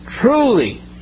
Truly